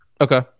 Okay